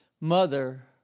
Mother